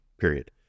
period